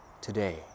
Today